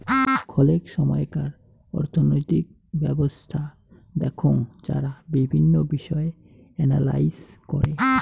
খলেক সময়কার অর্থনৈতিক ব্যবছস্থা দেখঙ যারা বিভিন্ন বিষয় এনালাইস করে